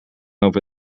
over